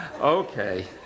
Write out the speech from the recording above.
okay